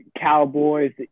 Cowboys